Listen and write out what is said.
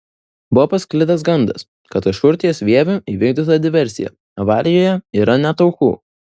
buvo pasklidęs gandas kad kažkur ties vieviu įvykdyta diversija avarijoje yra net aukų